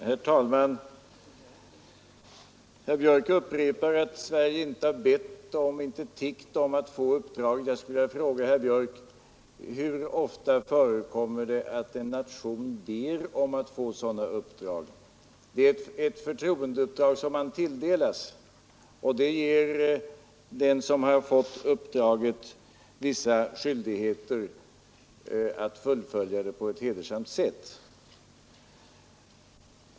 Herr talman! Herr Björk i Göteborg upprepar att Sverige inte tiggt om att få uppdraget. Jag skulle vilja fråga herr Björk: Hur ofta förekommer det att en nation ber om att få sådana uppdrag? Det är ett förtroendeuppdrag som man tilldelats. Det ger den som har fått uppdraget vissa skyldigheter att fullfölja det på ett hedersamt sätt.